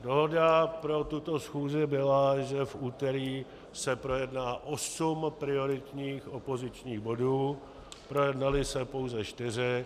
Dohoda pro tuto schůzi byla, že se v úterý projedná osm prioritních opozičních bodů, projednaly se pouze čtyři.